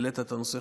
העלית את הנושא,